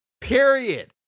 Period